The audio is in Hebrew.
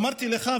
אמרתי לך,